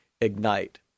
Ignite